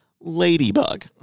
Ladybug